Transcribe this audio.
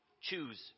choose